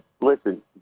Listen